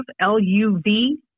L-U-V